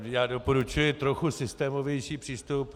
Já doporučuji trochu systémovější přístup.